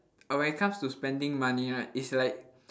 uh when it comes to spending money right it's like